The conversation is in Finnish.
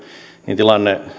niin tilanne